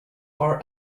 are